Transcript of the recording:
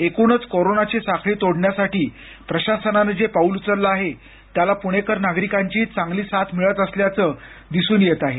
एकूणच कोरोनाची साखळी तोडण्यासाठी प्रशासनानं जे पाऊल उचललं आहे त्याला पुणेकर नागरिकांचीही चांगली साथ मिळत असल्याचं स्पष्ट झालं आहे